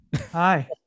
Hi